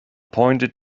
pointed